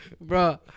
bro